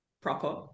proper